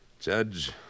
Judge